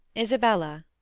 isabella,